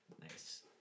Nice